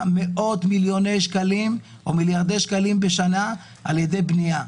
מאות מיליארדי שקלים בשנה על ידי בנייה.